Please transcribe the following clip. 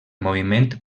moviment